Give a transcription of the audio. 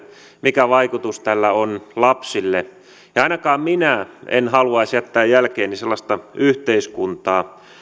mikä vaikutus tällä on lapsille ainakaan minä en haluaisi jättää jälkeeni sellaista yhteiskuntaa